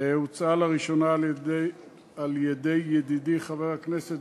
הוצעה לראשונה על-ידי ידידי חבר הכנסת